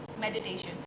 meditation